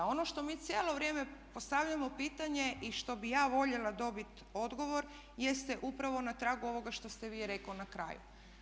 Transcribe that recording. Ono što mi cijelo vrijeme postavljamo pitanje i što bih ja voljela dobit odgovor jeste upravo na tragu ovoga što ste vi rekao na kraju.